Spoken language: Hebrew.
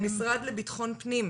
משרד לביטחון פנים.